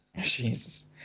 Jesus